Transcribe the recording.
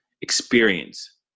experience